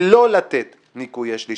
שלא לתת ניכויי שליש.